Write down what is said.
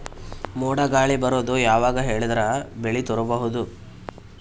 ಮೋಡ ಗಾಳಿ ಬರೋದು ಯಾವಾಗ ಹೇಳಿದರ ಬೆಳೆ ತುರಬಹುದು?